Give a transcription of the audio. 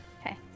Okay